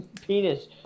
Penis